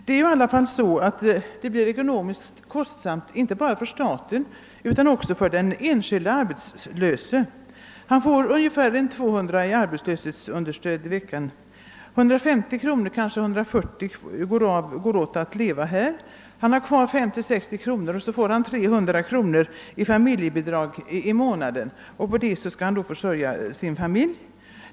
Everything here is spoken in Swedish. Det nuvarannde systemet blir ekonomiskt kostsamt inte bara för staten utan också för den enskilde arbetslöse. Han får ungefär 200 kronor i veckan i arbetslöshetsunderstöd; 140 eller 150 kronor går åt för hans levnadsomkostnader. Han har sedan kvar 50—60 kronor i veckan, och så får han 300 kronor i familjebidrag i månaden. På detta skall han försörja sin familj.